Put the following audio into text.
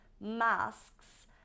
masks